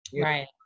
right